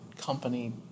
company